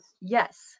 Yes